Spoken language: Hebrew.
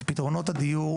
את פתרונות הדיור,